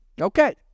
Okay